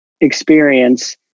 experience